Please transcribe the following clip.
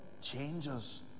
changes